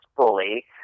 fully